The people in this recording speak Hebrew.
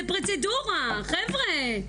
זו פרוצדורה, חבר'ה.